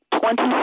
twenty